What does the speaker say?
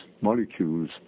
molecules